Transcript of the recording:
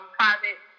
private